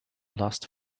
last